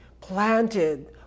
planted